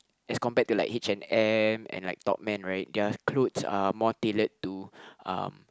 as compared to like H-and-M and like Topman right their clothes are more tailored to um